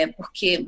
Porque